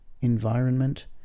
environment